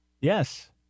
Yes